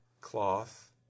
cloth